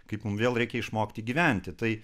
kaip mum vėl reikia išmokti gyventi tai